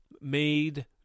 made